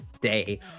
day